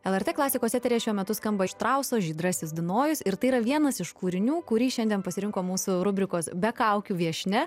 lrt klasikos eteryje šiuo metu skamba štrauso žydrasis dunojus ir tai yra vienas iš kūrinių kurį šiandien pasirinko mūsų rubrikos be kaukių viešnia